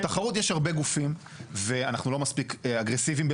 תחרות יש הרבה גופים ואנחנו לא מספיק אגרסיביים.